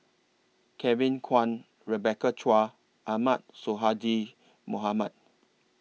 Kevin Kwan Rebecca Chua Ahmad Sonhadji Mohamad